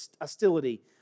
hostility